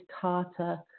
Carter